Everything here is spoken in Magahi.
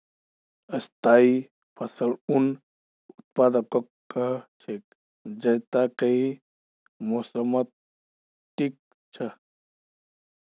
स्थाई फसल उन उत्पादकक कह छेक जैता कई मौसमत टिक छ